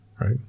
Right